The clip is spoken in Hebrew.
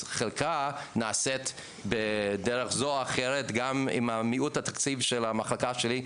חלקה נעשית בדרך זו או אחרת גם עם מיעוט התקציב של המחלקה שלי.